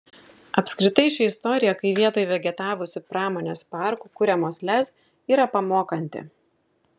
apskritai ši istorija kai vietoj vegetavusių pramonės parkų kuriamos lez yra pamokanti